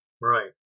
Right